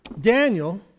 Daniel